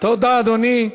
תודה, אדוני.